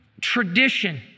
tradition